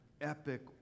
epic